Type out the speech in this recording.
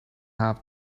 have